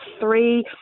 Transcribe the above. three